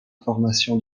formation